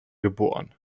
geboren